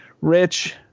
Rich